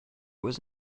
was